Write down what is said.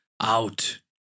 out